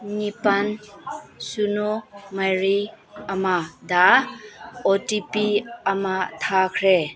ꯅꯤꯄꯥꯜ ꯁꯤꯅꯣ ꯃꯔꯤ ꯑꯃꯗ ꯑꯣ ꯇꯤ ꯄꯤ ꯑꯃ ꯊꯥꯈ꯭ꯔꯦ